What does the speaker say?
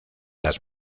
las